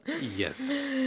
Yes